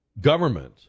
government